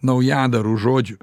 naujadarų žodžių